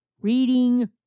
reading